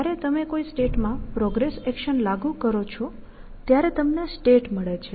જ્યારે તમે કોઈ સ્ટેટમાં પ્રોગ્રેસ એક્શન લાગુ કરો છો ત્યારે તમને સ્ટેટ મળે છે